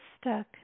stuck